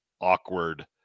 awkward